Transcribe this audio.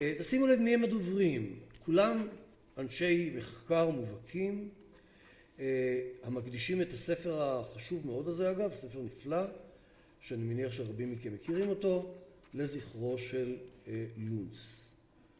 תשימו לב מי הם הדוברים. כולם אנשי מחקר מובהקים המקדישים את הספר החשוב מאוד הזה אגב, ספר נפלא, שאני מניח שרבים מכם מכירים אותו, לזכרו של לונס.